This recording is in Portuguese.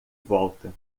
volta